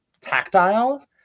tactile